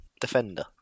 defender